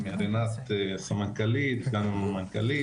עם הסמנכ"לית גם עם המנכ"לית.